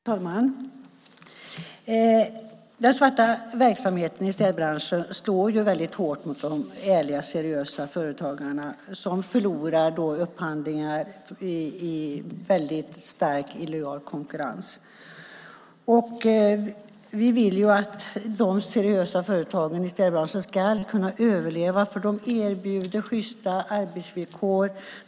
Herr talman! Den svarta verksamheten i städbranschen slår ju väldigt hårt mot de ärliga och seriösa företagarna som förlorar upphandlingar i stark illojal konkurrens. Vi vill att de seriösa företagen i städbranschen ska kunna överleva. De erbjuder sjysta arbetsvillkor.